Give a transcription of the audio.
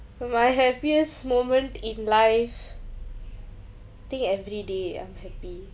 my happiest moment in life I think everyday I'm happy